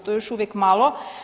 To je još uvijek malo.